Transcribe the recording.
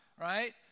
right